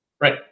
Right